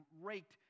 raked